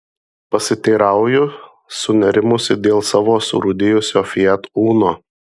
pasiteirauju sunerimusi dėl savo surūdijusio fiat uno